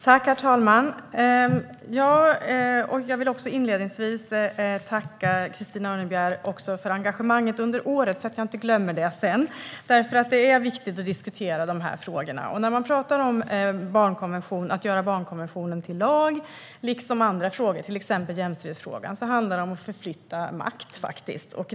Herr talman! Jag vill inledningsvis tacka Christina Örnebjär för engagemanget under året, så att jag inte glömmer bort att göra det. Det är viktigt att diskutera de här frågorna. När man talar om att göra barnkonventionen till lag - liksom i andra frågor, till exempel jämställdhetsfrågan - handlar det om att förflytta makt.